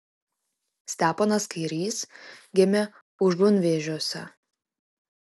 steponas kairys gimė užunvėžiuose